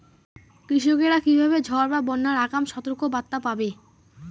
কৃষকেরা কীভাবে ঝড় বা বন্যার আগাম সতর্ক বার্তা পাবে?